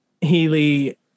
Healy